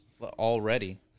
already